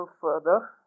further